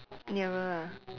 nearer ah